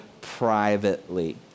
privately